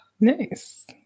Nice